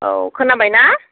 औ खोनाबाय ना